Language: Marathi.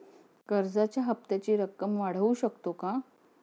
कर्जाच्या हप्त्याची रक्कम वाढवू शकतो का?